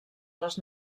les